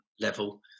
level